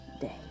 day